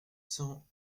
cent